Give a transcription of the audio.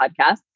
podcast